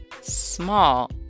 small